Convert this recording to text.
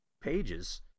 pages